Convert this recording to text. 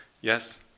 yes